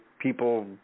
people